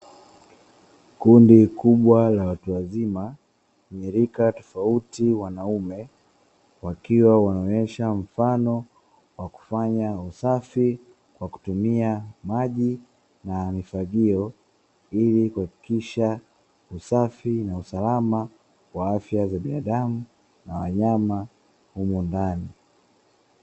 Kundi kubwa la watu wazima wenye rika tofauti wanaume wakiwa wanaonyesha mfano wa kufanya usafi kwa kutumia maji na mifagio, ili kuhakikisha usafi na usalama wa afya za binadamu na wanyama humo ndani.